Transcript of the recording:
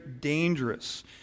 dangerous